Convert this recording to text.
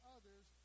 others